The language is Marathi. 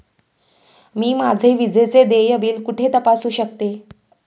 मी माझे विजेचे देय बिल कुठे तपासू शकते?